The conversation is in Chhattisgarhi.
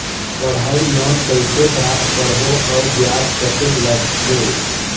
पढ़ाई लोन कइसे प्राप्त करबो अउ ब्याज कतेक लगथे?